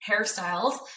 hairstyles